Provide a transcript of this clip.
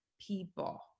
people